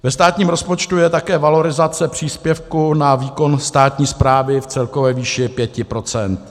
Ve státním rozpočtu je také valorizace příspěvku na výkon státní správy v celkové výši 5 %.